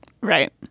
Right